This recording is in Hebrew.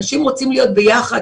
אנשים רוצים להיות ביחד,